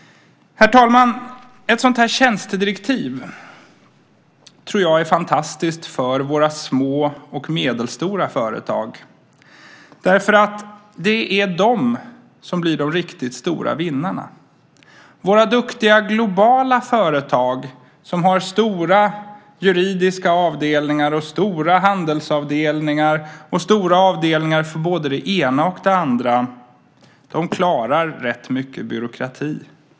Herr talman! Ett sådant här tjänstedirektiv tror jag är fantastiskt för våra små och medelstora företag, därför att det är de som blir de riktigt stora vinnarna. Våra duktiga globala företag, som har stora juridiska avdelningar, stora handelsavdelningar och stora avdelningar för både det ena och det andra, klarar rätt mycket byråkrati.